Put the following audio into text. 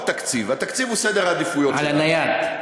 מהו התקציב, על הנייד.